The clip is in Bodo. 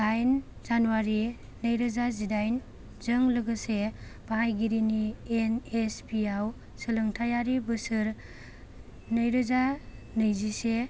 दाइन जानुवारि नैरोजा जिदाइनजों लोगोसे बाहायगिरिनि एन एस पि आव सोलोंथायारि बोसोर नैरोजा नैजिसे